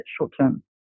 short-term